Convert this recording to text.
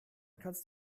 kannst